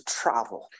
travel